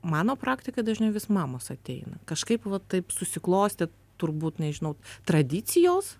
mano praktika dažniau vis mamos ateina kažkaip va taip susiklostė turbūt nežinau tradicijos